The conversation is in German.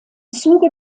zuge